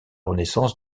renaissance